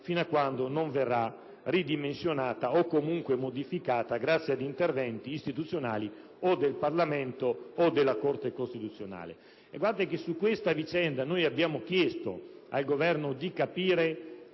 fino a quando non verrà ridimensionata o comunque modificata grazie ad interventi istituzionali, o del Parlamento o della Corte costituzionale. Su questa vicenda abbiamo chiesto al Governo di farci